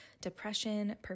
depression